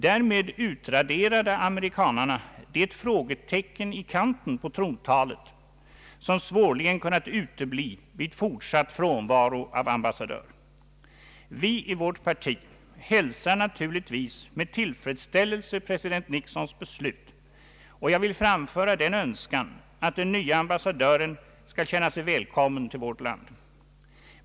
Därmed utraderade amerikanerna det frågetecken i kanten på trontalet som svårligen kunnat utebli vid fortsatt frånvaro av ambassadör. Vi i vårt parti hälsar naturligtvis med tillfredsställelse president Nixons beslut, och jag vill framföra den önskan att den nye ambassadören skall känna sig välkommen till vårt land.